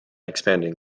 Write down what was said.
expanding